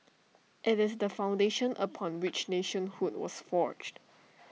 IT is the foundation upon which nationhood was forged